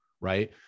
right